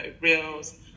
reels